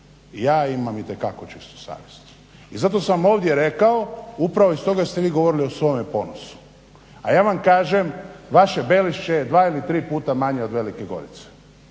ja imam itekako čistu savjest. I zato sam ovdje rekao upravo i stoga jer ste vi govorili o svome ponosu. A ja vam kažem vaše Belišće je dva ili tri puta manje od Velike Gorice.